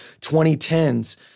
2010s